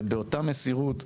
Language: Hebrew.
באותה מסירות,